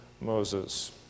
Moses